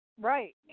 right